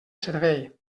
servei